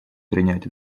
принять